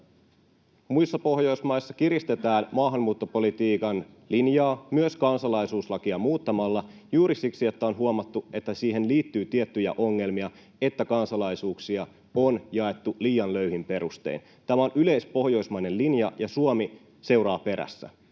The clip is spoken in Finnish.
Muissa Pohjoismaissa kiristetään maahanmuuttopolitiikan linjaa myös kansalaisuuslakia muuttamalla juuri siksi, että on huomattu, että siihen liittyy tiettyjä ongelmia, sitä, että kansalaisuuksia on jaettu liian löyhin perustein. Tämä on yleispohjoismainen linja, ja Suomi seuraa perässä.